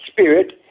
spirit